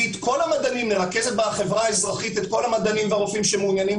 נרכז בחברה האזרחית את כל המדענים והרופאים שמעוניינים